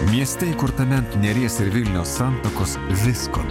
mieste įkurtame an neries vilnios santakos visko